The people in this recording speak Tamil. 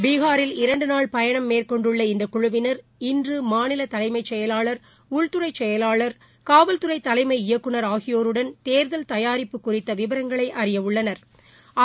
பீகாரில் இரண்டுநாள் பயணம் மேற்கொண்டுள்ள இந்த குழுவினா் இன்று மாநில தலைமை செயலாளா் உள்துறை செயலாளா் காவல்துறை தலைமை இயக்குநர் ஆகியோருடன் தேர்தல் தயாரிப்பு குறித்த விவரங்களை அறியவுள்ளனா்